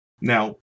Now